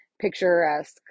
picturesque